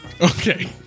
Okay